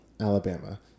Alabama